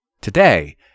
Today